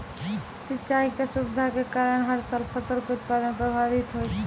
सिंचाई के असुविधा के कारण हर साल फसल के उत्पादन प्रभावित होय छै